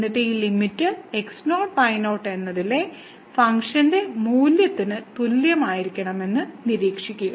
എന്നിട്ട് ഈ limit x0 y0 എന്നതിലെ ഫംഗ്ഷൻ മൂല്യത്തിന് തുല്യമായിരിക്കണമെന്ന് നിരീക്ഷിക്കുക